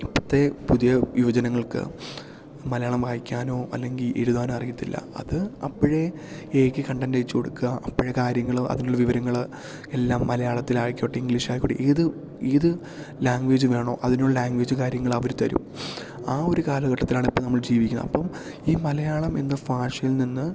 ഇപ്പത്തെ പുതിയ യുവജനങ്ങൾക്ക് മലയാളം വായിക്കാനോ അല്ലെങ്കിൽ എഴുതാനോ അറിയത്തില്ല അത് അപ്പഴേ എ ഐക്ക് കണ്ടൻ്റയച്ച് കൊടുക്കുക അപ്പഴ് കാര്യങ്ങള് അതിനുള്ള വിവരങ്ങള് എല്ലാം മലയാളത്തിലായിക്കോട്ടെ ഇംഗ്ലീഷായിക്കോട്ടെ ഏത് ഏത് ലാംഗ്വേജ് വേണോ അതിനു ള്ള ലാംഗ്വേജ് കാര്യങ്ങളവര് തരും ആ ഒര് കാലഘട്ടത്തിലാണ് ഇപ്പം നമ്മള് ജീവിക്കുന്നത് ഇപ്പം ഈ മലയാളം എന്ന ഭാഷയിൽ നിന്ന്